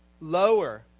lower